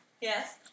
Yes